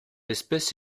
espèce